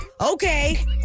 Okay